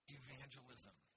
evangelism